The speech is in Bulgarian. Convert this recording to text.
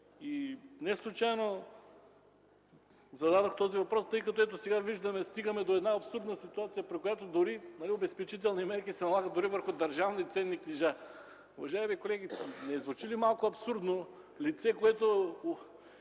Неслучайно зададох този въпрос, тъй като, ето сега стигаме до една абсурдна ситуация, при която обезпечителни мерки се налагат дори върху държавни ценни книжа. Уважаеми колеги, не звучи ли малко абсурдно лице, което